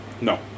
No